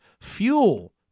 fuel